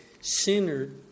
centered